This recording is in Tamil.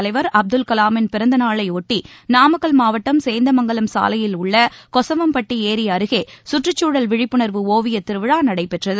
தலைவர் அப்துல் கலாமின் பிறந்நாளைஒட்டிநாமக்கல் மாவட்டம் முன்னாள் குடியரசுத் சேந்தமங்கலம் சாலையில் உள்ளகொசவம்பட்டிஏரிஅருகேசுற்றுச்சூழல் விழிப்புணர்வு ஒவியத் திருவிழாநடைபெற்றது